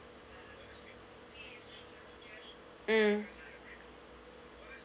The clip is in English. mm